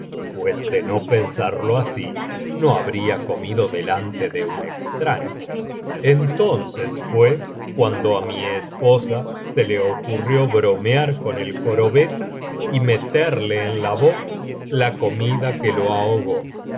pues de no pensarlo así no habría comido delante de un extraño entonces fué cuando á mi esposa se le ocurrió bromear con el jorobeta y meterle en la boca la comida que lo ahogó